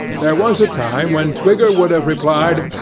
there was a time when twigger would have replied,